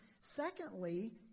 Secondly